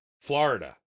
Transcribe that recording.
Florida